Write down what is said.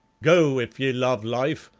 go, if ye love life,